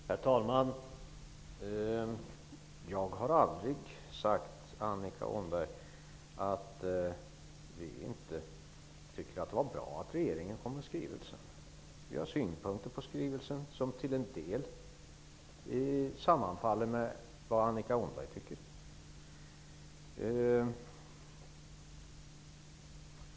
Herr talman! Jag har aldrig sagt, Annika Åhnberg, att det inte var bra att regeringen kom med skrivelsen. Vi i Vänsterpartiet har synpunkter på skrivelsen, som till en del sammanfaller med Annika Åhnbergs åsikter.